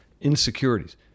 insecurities